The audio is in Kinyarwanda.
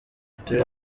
uturere